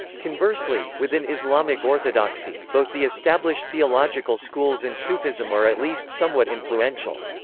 conversely, within islamic orthodoxy, both the established theological schools and sufism are at least somewhat influential.